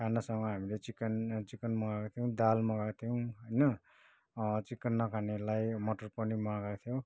खानासँग हामीले chicken chicken मगाएको थियौँ दाल मगाको थियौँ होइन चिकन न खानेहरूलाई मटर पनीर मगाएको थियौँ